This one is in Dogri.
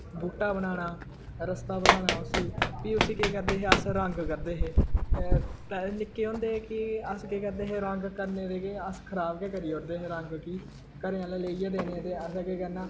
बूह्टा बनाना रस्ता बनाना फ्ही उसी केह् करदे हे अस रंग करदे हे ते निक्के होंदे कि अस केह् करदे हे रंग करने ते केह् अस खराब गै करी ओडदे हे रंग कि घरैआह्लें लेइयै देने ते असें केह् करना